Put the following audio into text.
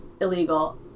illegal